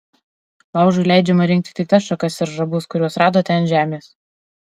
laužui leidžiama rinkti tik tas šakas ir žabus kuriuos radote ant žemės